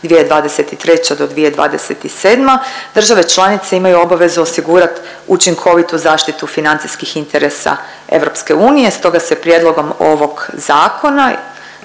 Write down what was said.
2023. do 2027. države članice imaju obvezu osigurati učinkovitu zaštitu financijskih interesa EU. Stoga se prijedlogom ovog Zakona